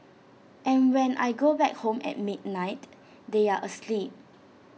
and when I go back home at midnight they are asleep